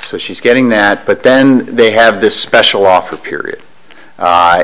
so she's getting that but then they have this special offer period